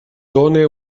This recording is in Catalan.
dóna